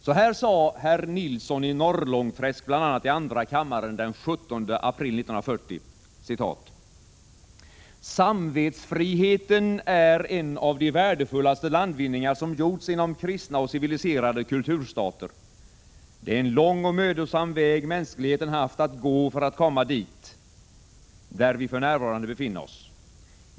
Så här sade herr Nilsson i Norrlångträsk bl.a. i andra kammaren den 17 april 1940: ”-—-—-samvetsfriheten är en av de värdefullaste landvinningar som gjorts inom kristna och civiliserade kulturstater. Det är en lång och mödosam väg mänskligheten haft att gå för att komma dit, där vi för närvarande befinna oss.